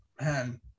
Man